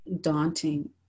daunting